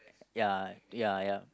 ya ya ya